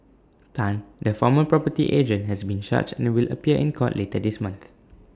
Tan the former property agent has been charged and will appear in court later this month